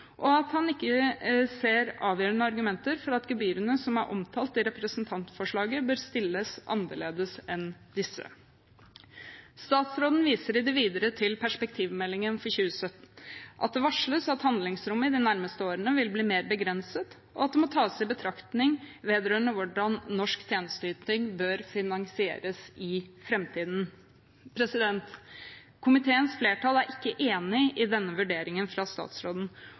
og at han ikke ser avgjørende argumenter for at gebyrene som er omtalt i representantforslaget, bør stilles annerledes enn disse. Statsråden viser i det videre til perspektivmeldingen for 2017, at det varsles at handlingsrommet de nærmeste årene vil bli mer begrenset, og at det må tas i betraktning hvordan norsk tjenesteyting bør finansieres i framtiden. Komiteens flertall er ikke enig i denne vurderingen fra statsråden